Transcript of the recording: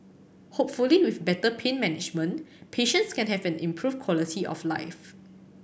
hopefully with better pain management patients can have an improved quality of life